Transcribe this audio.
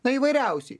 na įvairiausiai